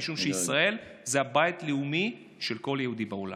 משום שישראל היא הבית הלאומי של כל יהודי בעולם.